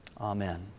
Amen